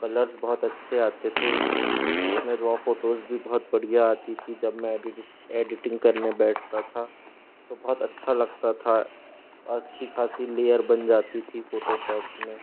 colours बहुत अच्छे आते थे जिसमें रॉ फ़ोटोज़ भी बहुत बढ़िया आती थी जब मैं एडिडित एडिटिंग करने बैठता था तो बहुत अच्छा लगता था अच्छी खासी लेयर बन जाती थी फ़ोटोशॉप में